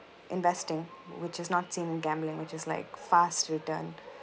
investing which is not seen in gambling which is like fast return